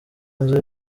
nzu